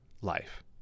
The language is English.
life